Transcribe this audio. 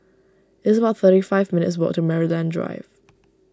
it's about thirty five minutes' walk to Maryland Drive